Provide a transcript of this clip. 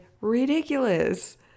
ridiculous